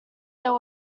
there